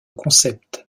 concept